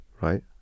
right